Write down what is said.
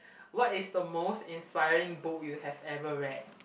what is the most inspiring book you have ever read